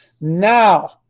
Now